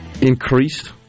increased